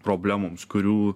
problemoms kurių